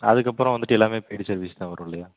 அதுக்கப்புறம் வந்துட்டு எல்லாமே பெய்டு சர்வீஸ் தான் வரும் இல்லையா